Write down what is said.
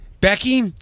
Becky